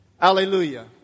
Hallelujah